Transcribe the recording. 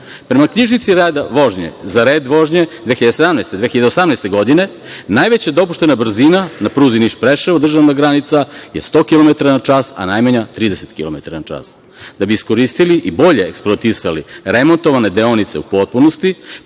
knjižici reda vožnje, za red vožnje 2017/2018. godine najveća dopuštena brzina na pruzi Niš-Preševo-državna granica je 100 kilometara na čas, a najmanja 30 kilometara na čas. Da bi iskoristili i bolje eksploatisali remontovane deonice u potpunosti,